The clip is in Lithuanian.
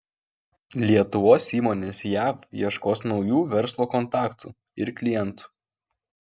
lietuvos įmonės jav ieškos naujų verslo kontaktų ir klientų